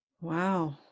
Wow